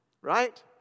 Right